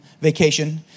vacation